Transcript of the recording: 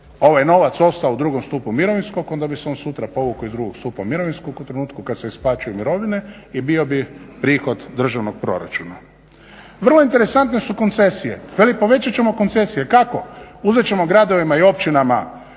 ovaj novac ostao u drugom stupu mirovinskog onda bi se on sutra povukao iz drugog stupa mirovinskog u trenutku kad se isplaćuju mirovine i bio bi prihod državnog proračuna. Vrlo interesantne su koncesije. Veli povećat ćemo koncesije. Kako? Uzet ćemo gradovima i općinama,